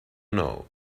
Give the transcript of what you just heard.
know